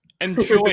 Enjoy